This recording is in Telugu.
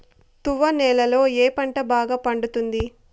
తువ్వ నేలలో ఏ పంట బాగా పండుతుంది?